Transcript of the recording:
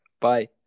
Bye